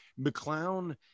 McClown